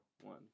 one